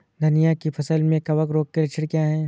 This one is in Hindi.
धनिया की फसल में कवक रोग के लक्षण क्या है?